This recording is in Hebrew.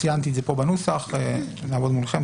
שציינתי את זה פה בנוסח, נעבוד מולכם.